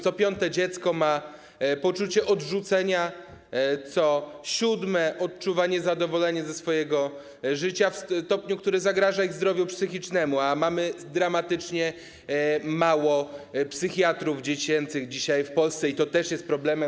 Co piąte dziecko ma poczucie odrzucenia, co siódme odczuwa niezadowolenie ze swojego życia w stopniu, który zagraża jego zdrowiu psychicznemu, a mamy dramatycznie mało psychiatrów dziecięcych dzisiaj w Polsce, i to też jest problemem.